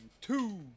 two